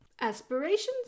Aspirations